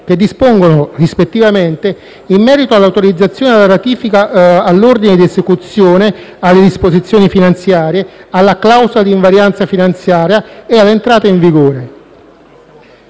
che dispongono, rispettivamente, in merito all'autorizzazione alla ratifica, all'ordine di esecuzione, alle disposizioni finanziarie, alla clausola di invarianza finanziaria e all'entrata in vigore.